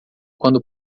quando